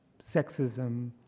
sexism